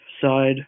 side